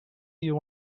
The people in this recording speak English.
you